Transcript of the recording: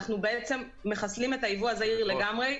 אנחנו מחסלים את הייבוא הזעיר לגמרי,